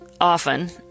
often